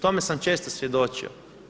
Tome sam često svjedočio.